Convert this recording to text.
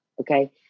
Okay